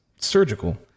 surgical